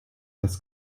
das